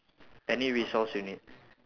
any resource you need